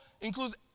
includes